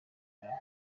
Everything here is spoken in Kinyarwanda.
yarwo